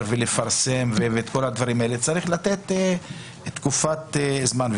ולפרסם לכול הדברים האלה צריך לתת תקופת זמן.